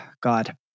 God